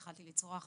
התחלתי לצרוח,